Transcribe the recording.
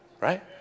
right